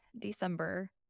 December